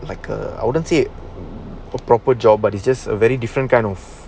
like ah I wouldn't say a proper job but it's just a very different kind of